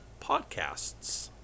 podcasts